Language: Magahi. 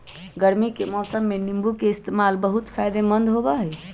गर्मी के मौसम में नीम्बू के इस्तेमाल बहुत फायदेमंद होबा हई